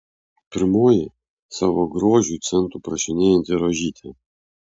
pirmoji savo grožiui centų prašinėjanti rožytė